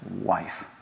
wife